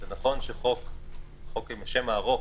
זה נכון שהחוק עם השם הארוך,